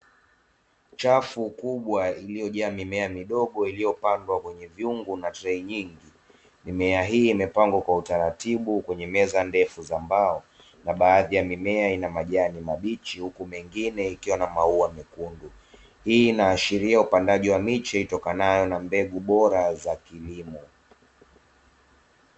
Chafu kubwa iliyojaa mimea midogo iliyopandwa kwenye vyungu na trei nyingi, mimea hii imepangwa kwa utaratibu kwenye meza ndefu za mbao na baadhi ya mimea ina majani mabichi huku mengine ikiwa na maua mekundu. Hii inaashiria upandaji wa miche itokanayo na mbegu bora za kilimo.